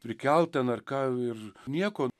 prikelt ten ar ką ir nieko